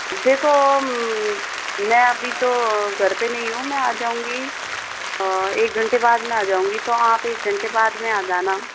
देखो मैं अभी तो घर पे नहीं हूँ मैं आ जाऊंगी एक घंटे बाद मैं आ जाऊंगी तो आप एक घंटे बाद में आ जाना